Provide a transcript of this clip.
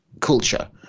culture